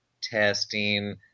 testing